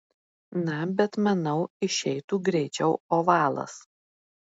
na bet manau išeitų greičiau ovalas